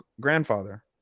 grandfather